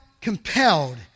compelled